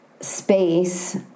space